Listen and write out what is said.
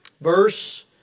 verse